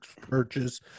purchase